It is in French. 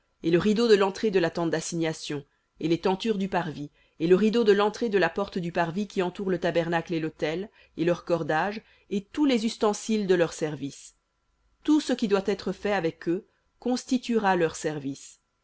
et le rideau de l'entrée de la tente dassignation et les tentures du parvis et le rideau de l'entrée de la porte du parvis qui entoure le tabernacle et l'autel et leurs cordages et tous les ustensiles de leur service tout ce qui doit être fait avec eux constituera leur service